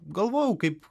galvojau kaip